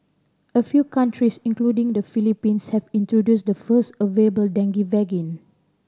a few countries including the Philippines have introduced the first available dengue